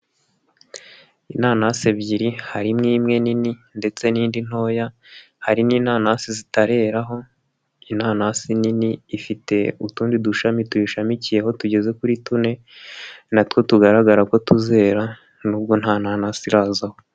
Inanasi ebyiri harimo imwe nini ndetse n'indi ntoya, hari n'inanasi zitareho inanasi nini ifite utundi dushami tuyishamikiyeho tugeze kuri tune, natwo tugaragaza ko tuzera nubwo ntatananasizaho.